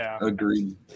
agreed